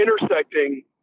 intersecting